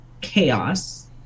chaos